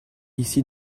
ici